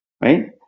right